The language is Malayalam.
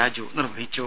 രാജു നിർവഹിച്ചു